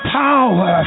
power